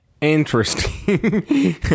Interesting